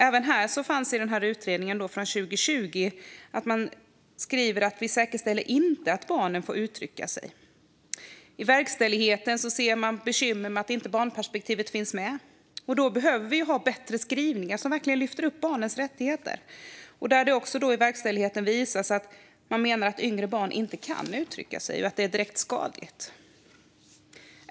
Även här konstaterades i utredningen från 2020 att vi inte säkerställer att barnen får uttrycka sig. I verkställigheten ser man bekymmer med att inte barnperspektivet finns med. Vi behöver ha bättre skrivningar som verkligen lyfter upp barnets rättigheter. Det ska också i verkställigheten visas att man menar att yngre barn inte kan uttrycka sig och att det är direkt skadligt.